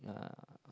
uh